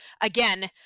Again